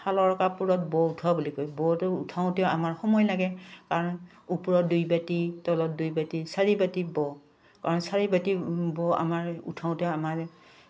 শালৰ কাপোৰত ব উঠোৱা বুলি কয় বটো উঠাওঁতেও আমাৰ সময় লাগে কাৰণ ওপৰত দুই বাতি তলত দুই বাতি চাৰি বাতি ব কাৰণ চাৰি বাতি ব আমাৰ উঠাওঁতে আমাৰ